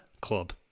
club